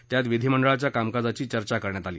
त्यात विधीमंडळाच्या कामकाजाची चर्चा करण्यात आली